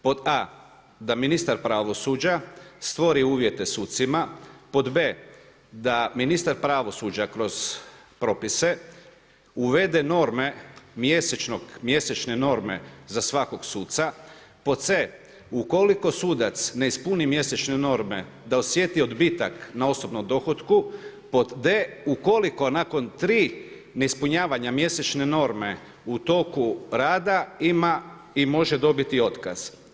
Pod a) da ministar pravosuđa stvori uvjete sucima, b) da ministar pravosuđa kroz propise uvede norme mjesečne norme za svakog suca, c) ukoliko sudac ne ispuni mjesečne norme da osjeti odbitak na osobnom dohotku, d) ukoliko nakon tri ne ispunjavanja mjesečne norme u toku rada ima i može dobiti otkaz.